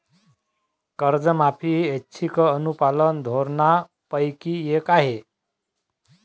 करमाफी ही ऐच्छिक अनुपालन धोरणांपैकी एक आहे